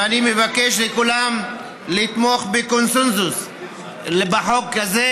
ואני מבקש מכולם לתמוך בקונסנזוס בחוק הזה,